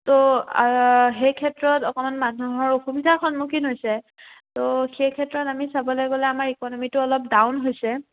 তো সেই ক্ষেত্ৰত অকণমান মানুহৰ অসুবিধাৰ সন্মুখীন হৈছে তো সেই ক্ষেত্ৰত আমি চাবলৈ গ'লে আমাৰ ইকনমিটো অলপ ডাউন হৈছে